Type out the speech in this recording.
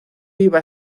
iba